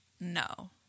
No